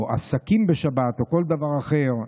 או עסקים בשבת או כל דבר אחר,